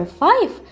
five